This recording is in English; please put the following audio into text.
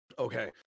okay